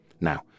Now